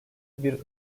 bir